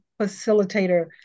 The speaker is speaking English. facilitator